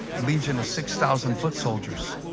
legion is six thousand foot soldiers,